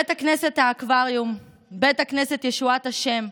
בית הכנסת האקווריום, בית הכנסת ישועת השם,